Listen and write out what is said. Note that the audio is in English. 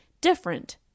different